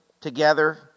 together